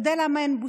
למה אין בושה?